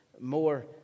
more